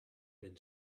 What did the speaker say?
been